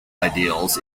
ideals